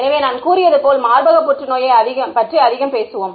எனவே நான் கூறியது போல் மார்பக புற்றுநோயைப் பற்றி அதிகம் பேசுவோம்